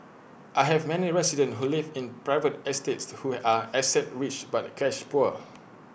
I have many residents who live in private estates who are asset rich but cash poor